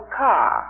car